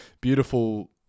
beautiful